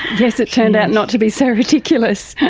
yes, it turned out not to be so ridiculous!